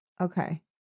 okay